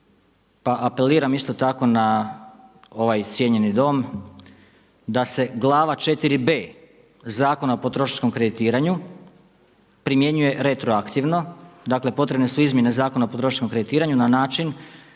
pa apeliram isto tako na ovaj cijenjeni Dom da se Glava IVb. Zakona o potrošačkom kreditiranju primjenjuje retroaktivno. Dakle, potrebne su izmjene Zakona o potrošačkom kreditiranju na način